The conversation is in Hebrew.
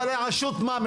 אבל הרשות מה,